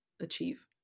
achieve